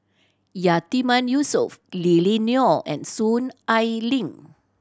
Yatiman Yusof Lily Neo and Soon Ai Ling